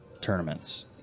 tournaments